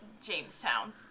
Jamestown